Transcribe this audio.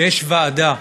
שיש ועדה,